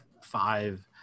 five